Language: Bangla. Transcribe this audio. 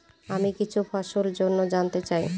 আমি কিছু ফসল জন্য জানতে চাই